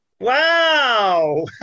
Wow